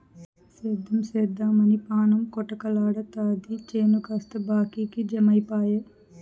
సేద్దెం సేద్దెమని పాణం కొటకలాడతాది చేను కాస్త బాకీకి జమైపాయె